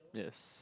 yes